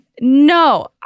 no